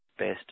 best